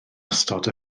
ystod